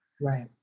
Right